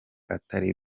atari